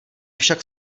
však